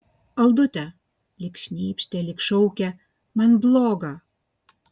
aldute lyg šnypštė lyg šaukė man bloga